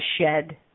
shed